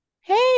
hey